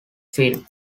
film